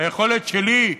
היכולת שלי,